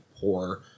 poor